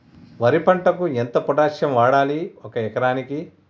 వరి పంటకు ఎంత పొటాషియం వాడాలి ఒక ఎకరానికి?